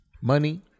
Money